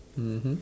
mmhmm